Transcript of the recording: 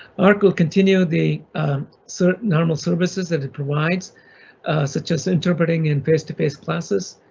arc will continue the so normal services that it provides such as interpreting in face to face classes,